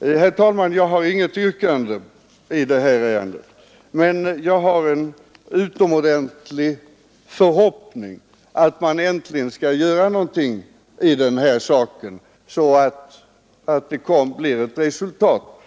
Herr talman! Jag har inget yrkande i detta ärende, men jag hyser en utomordentligt stark förhoppning att man äntligen skall göra någonting i denna sak så att det blir ett resultat.